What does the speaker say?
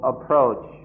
approach